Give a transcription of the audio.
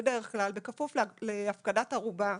בדרך כלל בכפוף להפקדת ערובה,